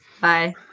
Bye